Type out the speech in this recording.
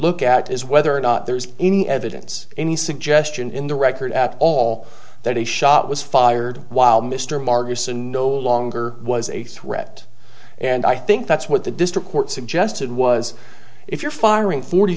look at is whether or not there's any evidence any suggestion in the record at all that a shot was fired while mr marcus and no longer was a threat and i think that's what the district court suggested was if you're firing forty